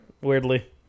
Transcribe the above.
Weirdly